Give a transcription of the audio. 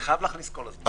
אני חייב להכניס כל הזמן.